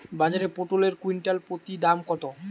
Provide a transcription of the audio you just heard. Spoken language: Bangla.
বাজারে পটল এর কুইন্টাল প্রতি দাম কত?